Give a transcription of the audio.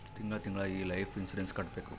ತಿಂಗಳ ತಿಂಗಳಾ ಈ ಲೈಫ್ ಇನ್ಸೂರೆನ್ಸ್ ಕಟ್ಬೇಕು